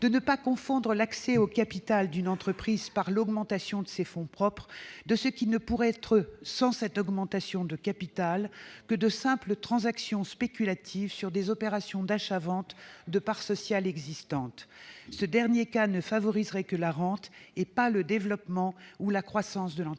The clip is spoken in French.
de ne pas confondre l'accès au capital d'une entreprise par l'augmentation de ses fonds propres avec ce qui ne pourrait être, sans cette augmentation de capital, que de simples transactions spéculatives sur des opérations d'achat-vente de parts sociales existantes. Ce dernier cas ne favoriserait que la rente, et non pas le développement ou la croissance de l'entreprise.